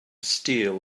steel